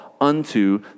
unto